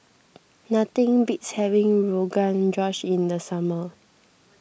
nothing beats having Rogan Josh in the summer